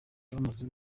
bamaze